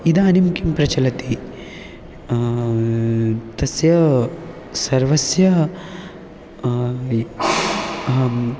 इदानीं किं प्रचलति तस्य सर्वस्य अहं